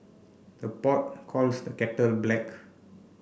the pot calls the kettle black